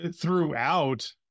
throughout